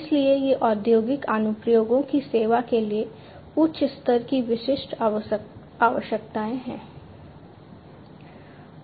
इसलिए ये औद्योगिक अनुप्रयोगों की सेवा के लिए उच्च स्तर की विशिष्ट आवश्यकताएं हैं